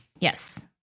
Yes